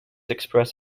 express